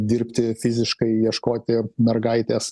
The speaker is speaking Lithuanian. dirbti fiziškai ieškoti mergaitės